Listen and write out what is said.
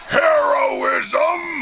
heroism